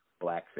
blackface